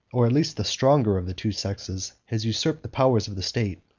or at least the stronger, of the two sexes, has usurped the powers of the state,